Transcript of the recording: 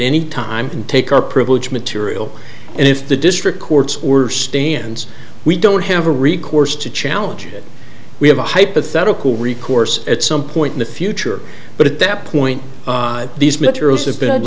any time and take our privilege material and if the district courts were stands we don't have a recourse to challenge it we have a hypothetical recourse at some point in the future but at that point these m